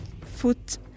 foot